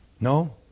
No